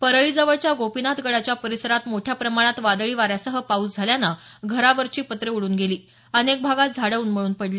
परळी जवळच्या गोपीनाथ गडाच्या परिसरात मोठ्या प्रमाणात वादळी वार्यासह पाऊस झाल्यानं घरांवरची पत्रे उडून गेली अनेक भागात झाडं उन्मळून पडली